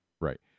Right